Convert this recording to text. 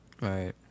Right